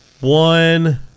one